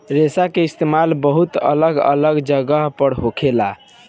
रेशा के इस्तेमाल बहुत अलग अलग जगह पर होखेला